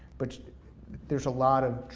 but there's a lot of,